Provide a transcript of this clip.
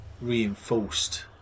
reinforced